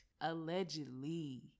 allegedly